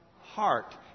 heart